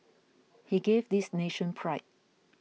he gave this nation pride